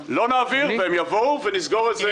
האיחוד הלאומי): לא נעביר את הבקשה ואז הם יבואו ונסגור את זה.